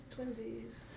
Twinsies